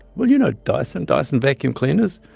well, you know dyson, dyson vacuum cleaners.